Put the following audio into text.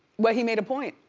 well, he made a point.